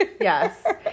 Yes